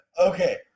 Okay